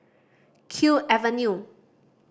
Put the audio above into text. Kew Avenue